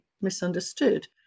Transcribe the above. misunderstood